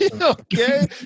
Okay